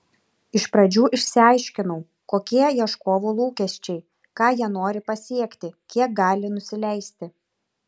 iš pradžių išsiaiškinau kokie ieškovų lūkesčiai ką jie nori pasiekti kiek gali nusileisti